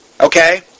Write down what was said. Okay